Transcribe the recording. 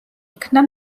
იქნა